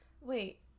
wait